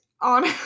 on